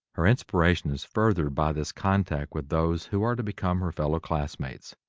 her inspiration is furthered by this contact with those who are to become her fellow classmates.